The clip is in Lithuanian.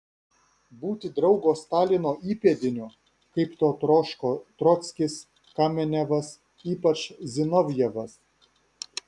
būti draugo stalino įpėdiniu kaip to troško trockis kamenevas ypač zinovjevas